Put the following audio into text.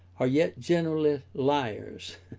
are yet generally liars.